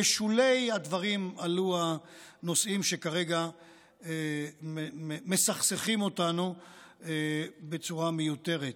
בשולי הדברים עלו הנושאים שכרגע מסכסכים אותנו בצורה מיותרת.